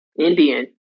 Indian